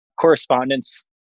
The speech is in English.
correspondence